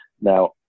Now